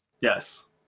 Yes